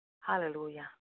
Hallelujah